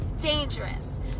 dangerous